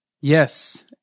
Yes